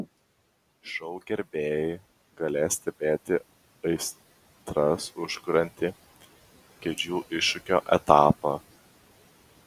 šou gerbėjai galės stebėti aistras užkuriantį kėdžių iššūkio etapą